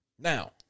Now